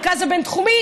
המרכז הבין-תחומי,